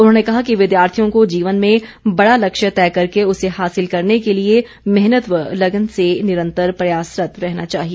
उन्होंने कहा कि विद्यार्थियों को जीवन में बड़ा लक्ष्य तय करके उसे हासिल करने के लिए मेहनत व लग्न से निरंतर प्रयासरत रहना चाहिए